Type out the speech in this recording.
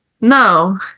No